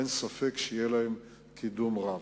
אין ספק שיהיה להם קידום רב.